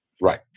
Right